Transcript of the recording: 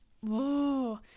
Whoa